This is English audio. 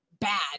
bad